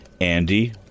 Andy